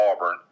Auburn